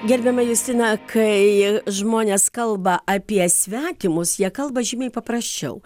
gerbiama justina kai žmonės kalba apie svetimus jie kalba žymiai paprasčiau